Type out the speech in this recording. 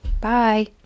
Bye